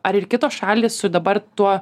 ar ir kitos šalys su dabar tuo